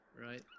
right